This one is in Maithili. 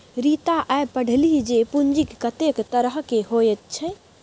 रीता आय पढ़लीह जे पूंजीक कतेक तरहकेँ होइत छै